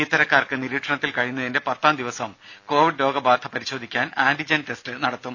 ഇത്തരക്കാർക്ക് നിരീക്ഷണത്തിൽ കഴിയുന്നതിന്റെ പത്താം ദിവസം കൊവിഡ് രോഗ ബാധ പരിശോധിക്കാൻ ആന്റിജൻ ടെസ്റ്റ് നടത്തും